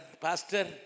Pastor